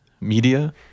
media